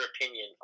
opinion